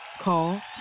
Call